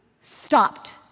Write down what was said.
stopped